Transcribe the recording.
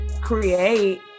create